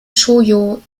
shōjo